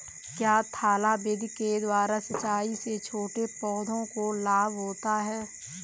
क्या थाला विधि के द्वारा सिंचाई से छोटे पौधों को लाभ होता है?